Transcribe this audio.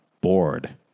bored